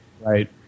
Right